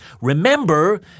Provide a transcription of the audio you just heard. Remember